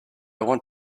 want